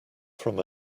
from